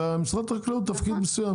ומשרד החקלאות תפקיד מסוים,